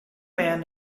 man